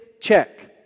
check